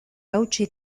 hautsi